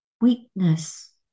weakness